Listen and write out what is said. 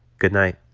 goodnight